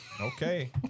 Okay